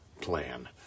plan